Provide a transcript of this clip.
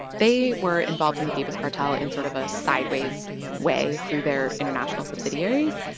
they were involved in the phoebus cartel in sort of a sideways way through their international subsidiaries.